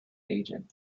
agent